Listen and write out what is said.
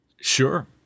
Sure